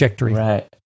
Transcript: Right